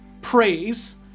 praise